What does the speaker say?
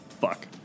fuck